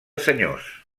senyors